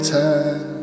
time